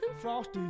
Frosty